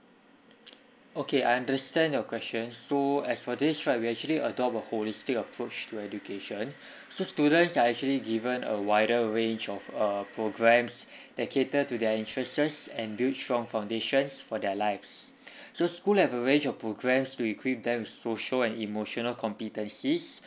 okay I understand your question so as for this right we actually adopt a holistic approach to education so students are actually given a wider range of uh programs that cater to their interests and build strong foundations for their lives so school leverage the programs to equip them with social and emotional competencies